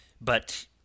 But